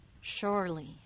Surely